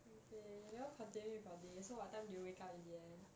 okay now continue with our day so what time did you wake up in the end